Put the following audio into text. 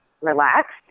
relaxed